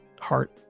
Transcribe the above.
heart